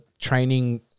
training